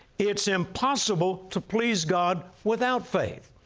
it's impossible to please god without faith.